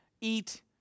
eat